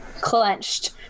clenched